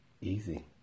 Easy